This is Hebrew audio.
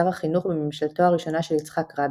שר החינוך בממשלתו הראשונה של יצחק רבין,